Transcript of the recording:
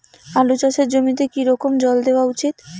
আলু চাষের জমিতে কি রকম জল দেওয়া উচিৎ?